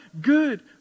Good